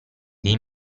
dei